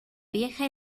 vieja